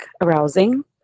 arousing